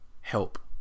help